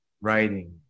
writing